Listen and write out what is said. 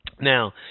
Now